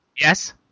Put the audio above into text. Yes